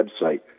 website